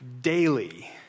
daily